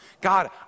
God